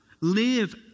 live